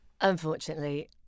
Unfortunately